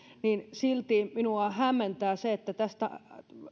niin silti minua hämmentää se että tästä